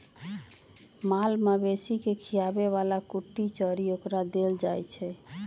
माल मवेशी के खीयाबे बला कुट्टी चरी ओकरा देल जाइ छै